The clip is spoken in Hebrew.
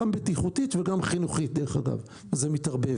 גם בטיחותית וגם חינוכית דרך אגב, זה מתערבב.